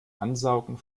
ansaugen